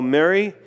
Mary